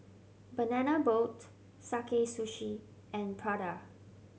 Banana Boat Sakae Sushi and Prada